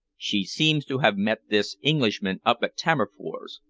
she seems to have met this englishman up at tammerfors,